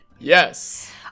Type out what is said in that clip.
Yes